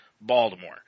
Baltimore